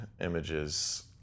images